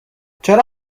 چرا